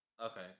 Okay